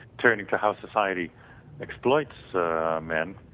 turning to how society exploits men,